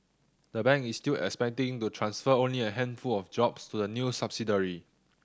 the bank is still expecting to transfer only a handful of jobs to the new subsidiary